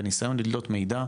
בניסיון לדלות מידע.